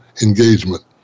engagement